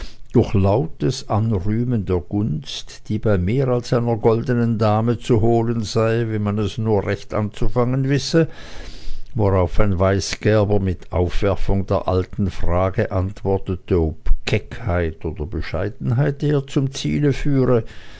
durch lautes anrühmen der gunst die bei mehr als einer goldenen dame zu holen sei wenn man es nur recht anzufangen wisse worauf ein weißgerber mit aufwerfung der alten frage antwortete ob keckheit oder bescheidenheit eher zum ziele führe